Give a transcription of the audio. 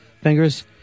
fingers